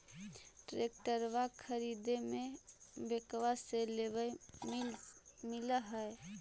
ट्रैक्टरबा खरीदे मे बैंकबा से लोंबा मिल है?